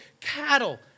cattle